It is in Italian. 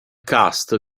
cast